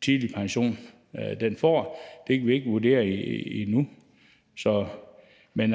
tidlig pension får, og det kan vi ikke vurdere endnu. Men